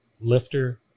lifter